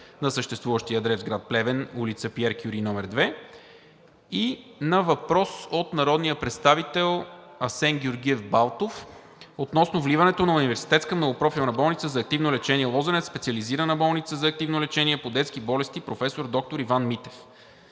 на съществуващия адрес в град Плевен, ул. „Пиер Кюри“ № 2. И на въпрос от народния представител Асен Георгиев Балтов относно вливането на Университетска многопрофилна болница за активно лечение – Лозенец, в Специализирана болница за активно лечение по детски болести „Проф. д-р Иван Митев“.